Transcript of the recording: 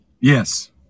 yes